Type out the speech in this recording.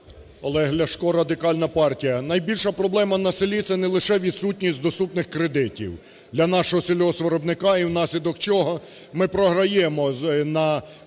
Олег Ляшко, Радикальна партія. Найбільша проблема на селі – це не лише відсутність доступних кредитів для нашого сільгоспвиробника, і внаслідок чого ми програємо